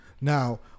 Now